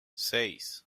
seis